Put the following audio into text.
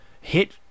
hit